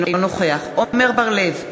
אינו נוכח עמר בר-לב,